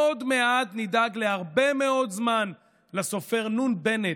עוד מעט נדאג להרבה מאוד זמן לסופר נ' בנט,